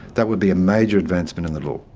that would be a major advancement in the law.